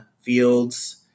fields